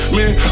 Man